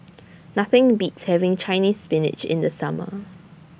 Nothing Beats having Chinese Spinach in The Summer